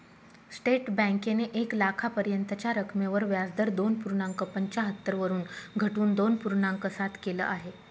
state बँकेने एक लाखापर्यंतच्या रकमेवर व्याजदर दोन पूर्णांक पंच्याहत्तर वरून घटवून दोन पूर्णांक सात केल आहे